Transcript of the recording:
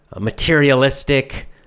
materialistic